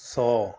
سو